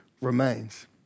remains